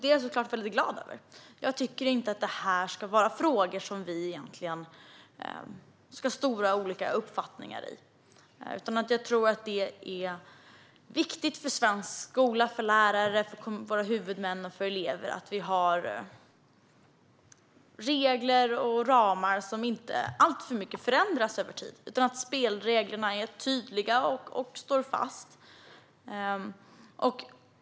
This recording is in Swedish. Det är jag såklart väldigt glad över - jag tycker inte att dessa frågor egentligen ska vara sådana där vi har särskilt olika uppfattningar. Jag tror att det är viktigt för svensk skola, för lärarna, för våra huvudmän och för eleverna att vi har regler och ramar som inte förändras alltför mycket över tid. Det är viktigt att spelreglerna är tydliga och står fast.